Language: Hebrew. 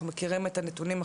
אנחנו מכירים את הנתונים,